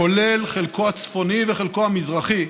כולל חלקו הצפוני וחלקו המזרחי,